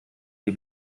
die